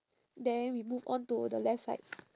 then we move on to the left side